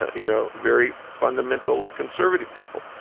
ah you know very fundamental or conservative people.